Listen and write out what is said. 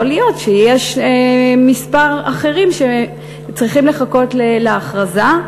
יכול להיות שיש כמה אחרים שצריכים לחכות להכרזה.